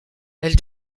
elle